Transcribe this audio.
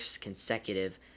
consecutive